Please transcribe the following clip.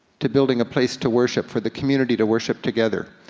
to building a place to worship, for the community to worship together.